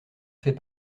fait